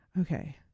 okay